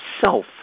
self